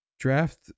draft